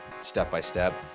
step-by-step